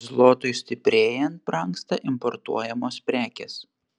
zlotui stiprėjant brangsta importuojamos prekės